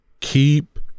keep